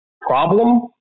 problem